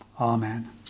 Amen